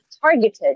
targeted